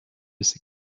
ces